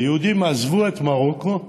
היהודים עזבו את מרוקו.